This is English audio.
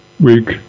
Week